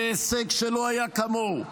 זה הישג שלא היה כמוהו.